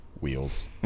wheels